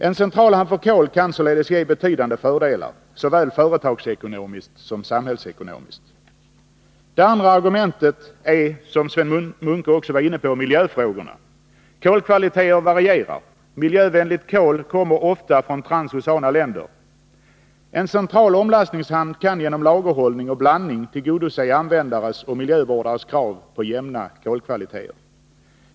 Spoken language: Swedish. En centralhamn för kol kan således ge betydande fördelar, Såväl företagsekonomiskt som samhällsekonomiskt. Det andra argumentet är, som Sven Munke också var inne på, miljöfrågorna. Kolkvaliteter varierar. Miljövänligt kol kommer ofta från transoceana länder. En central omlastningshamn kan genom lagerhållning och blandning tillgodose användares och miljövårdares krav på jämna kolkvaliteter.